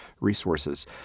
resources